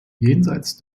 jenseits